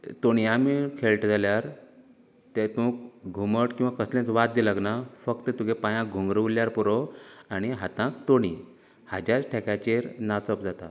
तोणयां मेळ खेळटा जाल्यार तेतूंक घुमट किंवां कसलेच वाद्य लागना फक्त तुगे पायांक घुंगरू उरल्यार पुरो आनी हातांत तोणी हाज्याच ठेक्याचेर नाचप जाता